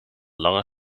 lange